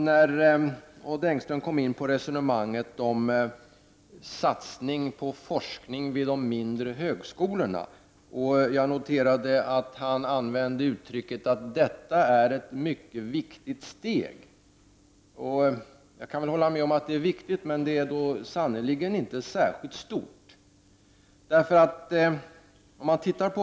När Odd Engström kom in på resonemanget om satsning på forskning vid de mindre högskolorna, noterade jag att han använde uttrycket att detta är ett mycket viktigt steg. Jag kan väl hålla med om att det är viktigt, men det är sannerligen inte särskilt stort.